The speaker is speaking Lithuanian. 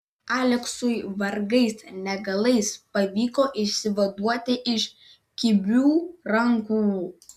aleksui vargais negalais pavyko išsivaduoti iš kibių rankų